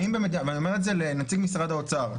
ואני אומר את זה לנציג משרד האוצר,